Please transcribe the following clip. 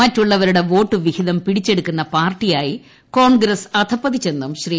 മറ്റുള്ളവരുടെ വോട്ട് വിഹിതം പിടിച്ചെടുക്കുന്ന പാർട്ടിയായി കോൺഗ്രസ് അധപതിച്ചെന്നും ശ്രീ